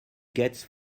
gets